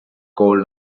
cold